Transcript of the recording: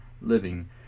living